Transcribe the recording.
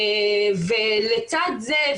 ולצד זה,